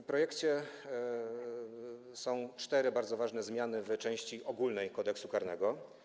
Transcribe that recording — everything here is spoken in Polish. W projekcie są cztery bardzo ważne zmiany w części ogólnej Kodeksu karnego.